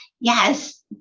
yes